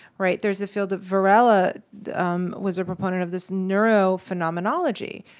right? there's a field of varela was a proponent of this neuro-phenomenology,